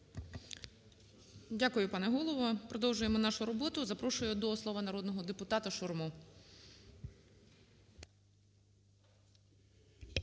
Дякую, пане Голово. Продовжуємо нашу роботу. Запрошую до слова народного депутатаШурму.